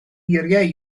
eiriau